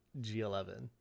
g11